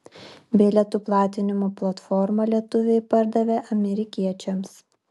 bilietų platinimo platformą lietuviai pardavė amerikiečiams